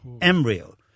embryo